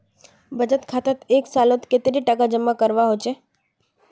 बचत खातात एक सालोत कतेरी टका जमा करवा होचए?